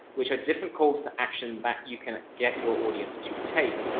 which are different calls to action that. you can get your audience to take.